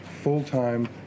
full-time